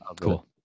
Cool